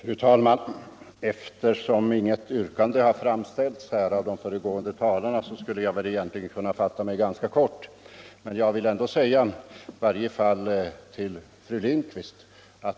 Fru talman! Eftersom inget yrkande har framställts av de föregående talarna, skulle jag egentligen kunna fatta mig ganska kort, men jag vill ändå säga några ord till fru Lindquist.